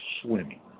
swimming